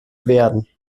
werden